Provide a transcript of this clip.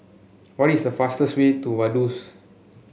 what is the fastest way to Vaduz